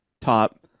top